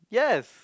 yes